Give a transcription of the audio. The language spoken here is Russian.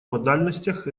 модальностях